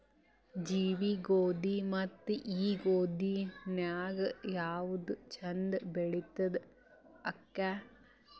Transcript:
ಜವಿ ಗೋಧಿ ಮತ್ತ ಈ ಗೋಧಿ ನ್ಯಾಗ ಯಾವ್ದು ಛಂದ ಬೆಳಿತದ ಅಕ್ಕಾ?